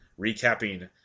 recapping